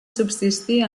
subsistir